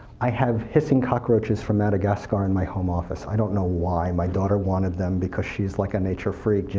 i have hissing cockroaches from madagascar in my home office. i don't know why, my daughter wanted them because she's like a nature freak,